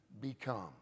become